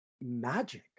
magic